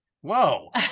Whoa